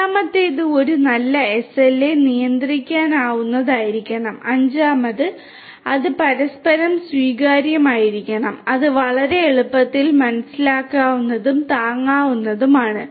നാലാമത്തേത് ഒരു നല്ല എസ്എൽഎ നിയന്ത്രിക്കാവുന്നതായിരിക്കണം അഞ്ചാമത് അത് പരസ്പരം സ്വീകാര്യമായിരിക്കണം അത് വളരെ എളുപ്പത്തിൽ മനസ്സിലാക്കാവുന്നതും താങ്ങാവുന്നതുമാണ്